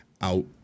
out